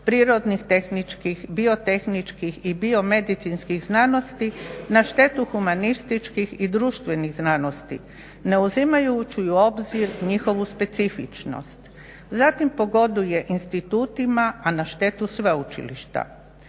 prirodnih, tehničkih, biotehničkih i biomedicinskih znanosti, na štetu humanističkih i društvenih znanosti, ne uzimajući u obzir njihovu specifičnost. Zatim pogoduje institutima, a na štetu sveučilišta.